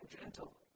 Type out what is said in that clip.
gentle